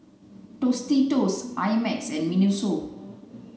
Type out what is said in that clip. Tostitos I Max and Miniso